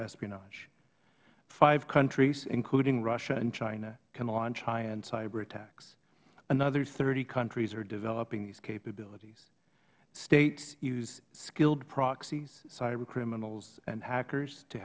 espionage five countries including russia and china can launch high end cyber attacks another thirty countries are developing these capabilities states use skilled proxies cyber criminals and hackers to